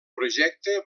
projecte